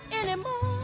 anymore